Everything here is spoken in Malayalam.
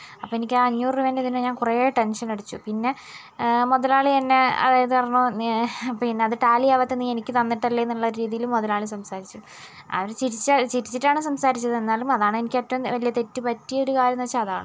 അപ്പോൾ എനിക്ക് ആ അഞ്ഞൂറ് രൂപേന്റെ ഇതിന് ഞാൻ കുറേ ടെൻഷൻ അടിച്ചു പിന്നെ മുതലാളി എന്നെ അതായത് പറഞ്ഞു നീ പിന്നെ അത് ടാലി ആവാത്ത നീ എനിക്ക് തന്നിട്ടല്ലേന്നുള്ള രീതിയിൽ മുതലാളി സംസാരിച്ചു അവർ ചിരിച്ച ചിരിച്ചിട്ടാണ് സംസാരിച്ചത് എന്നാലും അതാണ് എനിക്ക് ഏറ്റവും വലിയ തെറ്റ് പറ്റിയ ഒരു കാര്യം എന്നു വച്ചാൽ അതാണ്